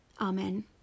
Amen